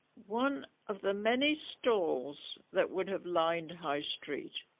one of the many stalls that would have lined high street